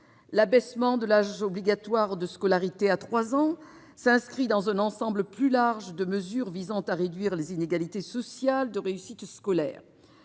L'abaissement de l'âge obligatoire de scolarité à 3 ans s'inscrit dans un ensemble plus large de mesures visant à réduire les inégalités sociales de réussite scolaire.